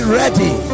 ready